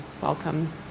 welcome